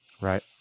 Right